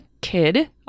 kid